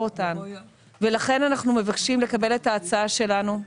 אותן ולכן אנחנו מבקשים לקבל את ההצעה שלנו.